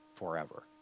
Forever